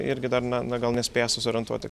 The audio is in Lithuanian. irgi dar na na gal nespėja susiorientuoti